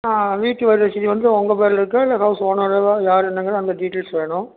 வீட்டு வரி ரசீது வந்து உங்கள் பேரில் இருக்கா இல்லை ஹவுஸ் ஓனர் யார் என்னங்கிறது அந்த டீட்டெயில்ஸ் வேணும்